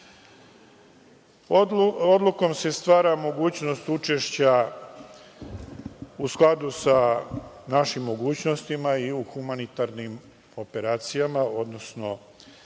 se stvara mogućnost učešća u skladu sa našim mogućnostima i u humanitarnim organizacijama, odnosno